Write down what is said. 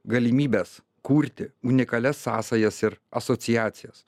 galimybes kurti unikalias sąsajas ir asociacijas